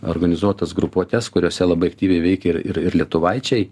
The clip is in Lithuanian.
organizuotas grupuotes kuriose labai aktyviai veikia ir ir lietuvaičiai